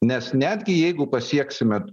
nes netgi jeigu pasieksime